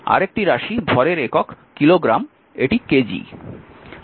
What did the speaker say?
আরেকটি রাশি ভরের একক কিলোগ্রা্ এটি কেজি